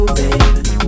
baby